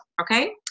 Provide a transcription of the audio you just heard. okay